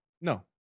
No